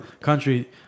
country